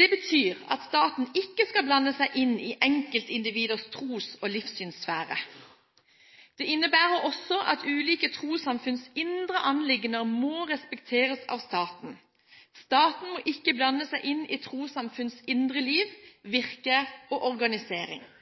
Det betyr at staten ikke skal blande seg inn i enkeltindividers tros- og livssynssfære. Det innebærer også at ulike trossamfunns indre anliggende må respekteres av staten. Staten må ikke blande seg inn i trossamfunns indre liv, virke og organisering.